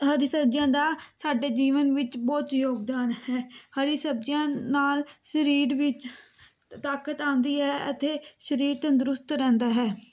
ਹਰੀ ਸਬਜ਼ੀਆਂ ਦਾ ਸਾਡੇ ਜੀਵਨ ਵਿੱਚ ਬਹੁਤ ਯੋਗਦਾਨ ਹੈ ਹਰੀ ਸਬਜ਼ੀਆਂ ਨਾਲ ਸਰੀਰ ਵਿੱਚ ਤਾਕਤ ਆਉਂਦੀ ਹੈ ਅਤੇ ਸਰੀਰ ਤੰਦਰੁਸਤ ਰਹਿੰਦਾ ਹੈ